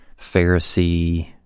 Pharisee